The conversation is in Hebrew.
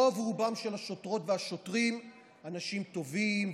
רוב-רובם של השוטרות והשוטרים הם אנשים טובים,